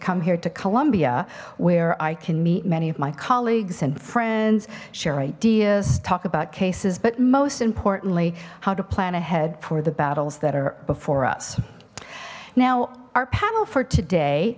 come here to columbia where i can meet many of my colleagues and friends share ideas talk about cases but most importantly how to plan ahead for the battles that are before us now our panel for today